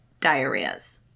diarrheas